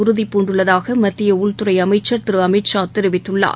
உறுதிபூண்டுள்ளதாக மத்திய உள்துறை அமைச்சர் திரு அமித் ஷா தெரிவித்துள்ளார்